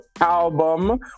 album